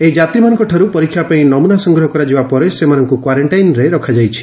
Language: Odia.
ଏହି ଯାତ୍ରୀମାନଙ୍କଠାରୁ ପରୀକ୍ଷା ପାଇଁ ନମୁନା ସଂଗ୍ରହ କରାଯିବା ପରେ ସେମାନଙ୍କୁ କ୍ୱାରେଷ୍ଟାଇନ୍ରେ ରଖାଯାଇଛି